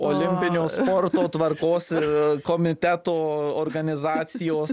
olimpinio sporto tvarkos ir komiteto organizacijos